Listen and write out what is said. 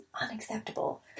unacceptable